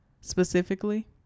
specifically